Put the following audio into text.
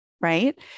right